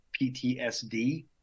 PTSD